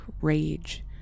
rage